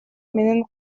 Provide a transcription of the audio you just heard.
менен